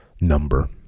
number